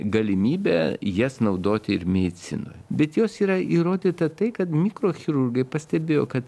galimybę jas naudoti ir medicinoj bet jos yra įrodyta tai kad mikrochirurgai pastebėjo kad